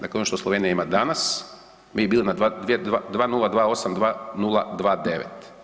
Dakle ono što Slovenija ima danas mi bi bili na 20282029.